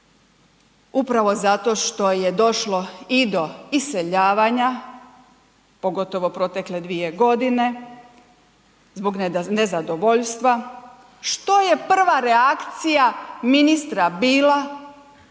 upravo zato što je došlo i do iseljavanja, pogotovo protekle dvije godine zbog nezadovoljstva, što je prva reakcija ministra bila?,